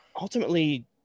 ultimately